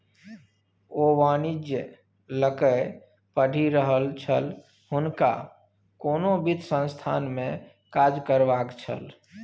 ओ वाणिज्य लकए पढ़ि रहल छल हुनका कोनो वित्त संस्थानमे काज करबाक छल